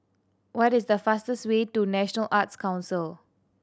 what is the fastest way to National Arts Council